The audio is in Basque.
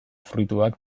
fruituak